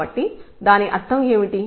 కాబట్టి దాని అర్థం ఏమిటి